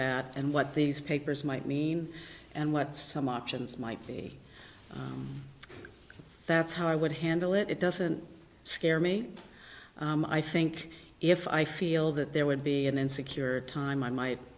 that and what these papers might mean and what some options might be that's how i would handle it it doesn't scare me i think if i feel that there would be an insecure time i might